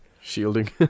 Shielding